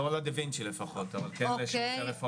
לא על הדה וינ'צי לפחות אבל כן על שירותי רפואה